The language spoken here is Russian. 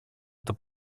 эта